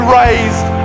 raised